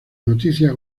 noticia